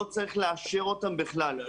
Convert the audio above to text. לא צריך לאשר אותם בכלל.